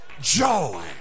joy